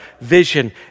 vision